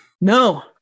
No